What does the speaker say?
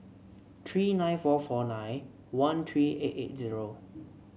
three nine four four nine one three eight eight zero